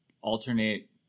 alternate